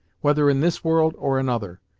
whether in this world or another.